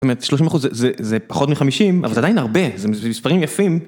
זאת אומרת 30% זה פחות מ-50, אבל זה עדיין הרבה, זה מספרים יפים.